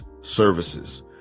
services